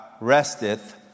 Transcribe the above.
resteth